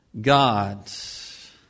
gods